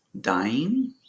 dying